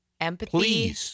Empathy